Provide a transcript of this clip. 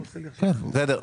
צודק.